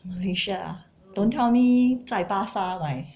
malaysia ah don't tell me 在巴刹买